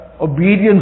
obedience